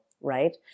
right